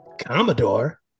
Commodore